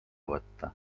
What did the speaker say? võtta